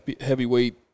heavyweight